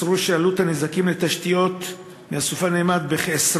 מסרו שעלות הנזקים של התשתיות מהסופה נאמדה ב-20